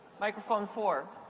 microphone four.